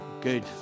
Good